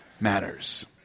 matters